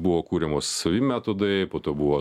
buvo kuriamos metodai po to buvo